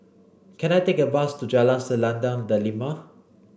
can I take a bus to Jalan Selendang Delima